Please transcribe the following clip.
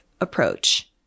approach